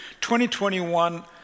2021